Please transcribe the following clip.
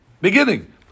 beginning